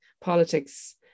politics